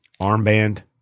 Armband